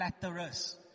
flatterers